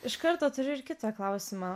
iš karto turiu ir kitą klausimą